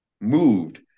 moved